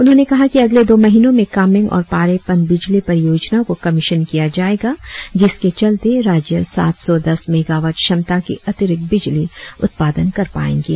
उन्होने कहा कि अगले दो महिनों में कामेंग और पारे पनबिजली परियोजनाओ को कमीशन किया जाएगा जिसके चलते राज्य सात सौ दस मेगावाट क्षमता की अतिरिक्त बिजली उत्पदान कर पाऐंगे